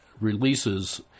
releases